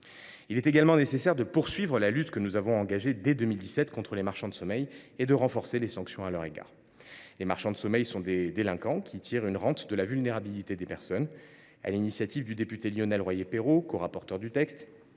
Il importe, d’autre part, de poursuivre la lutte que nous avons engagée dès 2017 contre les marchands de sommeil et de renforcer les sanctions à leur encontre. Les marchands de sommeil sont des délinquants qui tirent une rente de la vulnérabilité des personnes. Sur l’initiative du député Lionel Royer Perreaut, corapporteur du texte